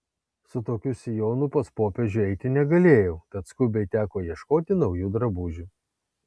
su tokiu sijonu pas popiežių eiti negalėjau tad skubiai teko ieškoti naujų drabužių